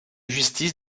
justice